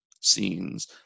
scenes